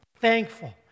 thankful